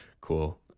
Cool